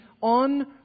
on